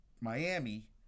Miami